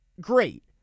Great